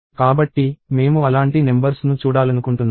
కాబట్టి మేము అలాంటి నెంబర్స్ ను చూడాలనుకుంటున్నాము